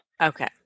Okay